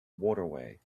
waterway